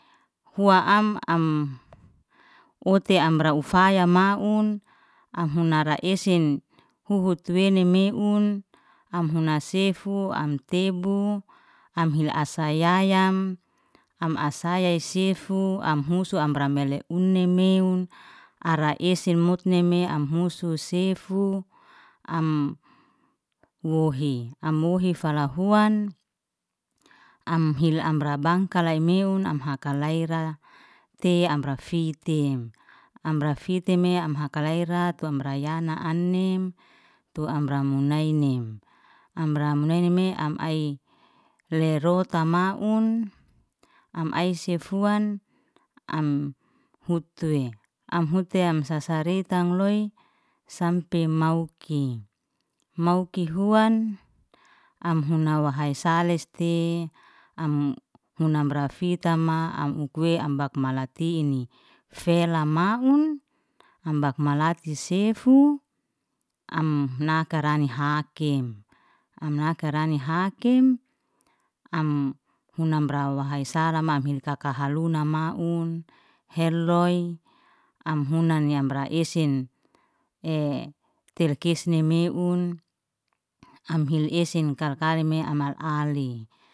Hua am am hote amra ufaya maun, am hunara esen huhu tu wene meun am huna sefu am tebu am hil asayayam am asaya i sefu, am husu amra mele unne meun ara esen mutneme am husu sefu am wohi, am wohi fala huan, am hil amra bangkala imeun am hakayra tei amra fitem, amra fiteme am hakalayra tu amra yana anim tu amra munainim. Amra munainime am ai lerota maun am ai sef huan am hutu'i, am hute am sasaritang loy sampe mauki, mauki huan, am huna wahai saleste am huna amra fitama am ukwe am bak malati ini, fela maun am bak malati sefu am nakarani hakim, am nakarani hakim am huna amra wahai salama hil kaka haluna maun heloy, am huna yamra esen, ei telkisni meun, am hil esen kal- kali me am al- ali.